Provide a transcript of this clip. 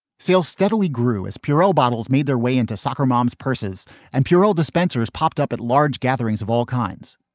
sales steadily grew as puro bottles made their way into soccer moms. purses and purell dispensers popped up at large gatherings of all kinds.